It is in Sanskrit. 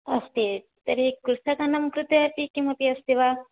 अस्ति तर्हि कृषकाणां कृतेपि किमपि अस्ति वा